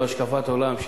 זו השקפת העולם,